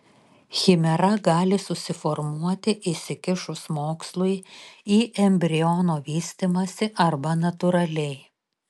chimera gali susiformuoti įsikišus mokslui į embriono vystymąsi arba natūraliai